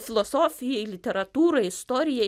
filosofijai literatūrai istorijai